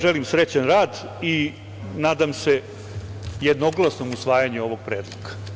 Želim vam srećan rad i nadam se jednoglasnom usvajanju ovog predloga.